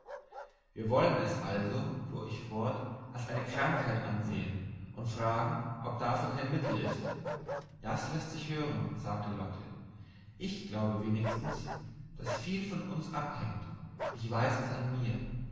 wir wollen es also fuhr ich fort als eine krankheit ansehen und fragen ob dafür kein mittel ist das läßt sich hören sagte lotte ich glaube wenigstens daß viel von uns abhängt ich weiß es an mir